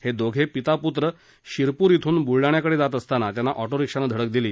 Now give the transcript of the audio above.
हे दोघे पिता प्त्र शिरप्र इथून ब्लडाणा कडे जात असताना त्यांना ऑटोरिक्षाने धडक दिली